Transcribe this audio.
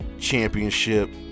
Championship